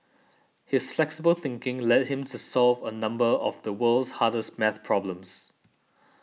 his flexible thinking led him to solve a number of the world's hardest math problems